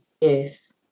Yes